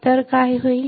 तर काय होईल